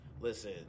Listen